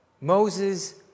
Moses